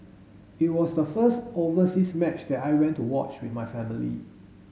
it was the first overseas match that I went to watch with my family